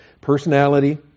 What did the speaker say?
Personality